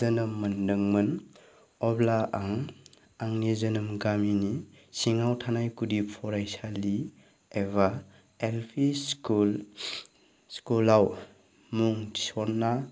जोनोम मोन्दोंमोन अब्ला आं आंनि जोनोम गामिनि सिङाव थानाय गुदि फरायसालि एबा एल पि स्कुल आव मुं थिसनना